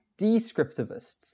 descriptivists